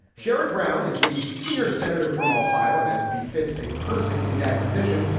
sherrod brown is the senior senator from ohio. and as befits a person in that position,